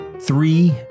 three